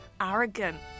arrogant